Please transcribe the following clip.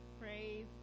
Praise